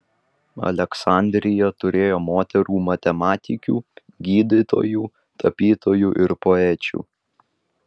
aleksandrija turėjo moterų matematikių gydytojų tapytojų ir poečių